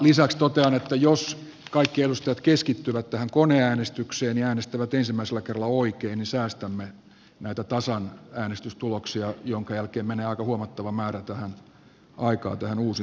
lisäksi totean että jos kaikki edustajat keskittyvät tähän koneäänestykseen ja äänestävät ensimmäisellä kerralla oikein niin säästymme näiltä tasan äänestystuloksilta jonka jälkeen menee aika huomattava määrä aikaa tähän uusintalaskuun